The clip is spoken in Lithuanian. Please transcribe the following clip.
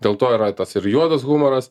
dėl to yra tas ir juodas humoras